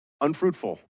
unfruitful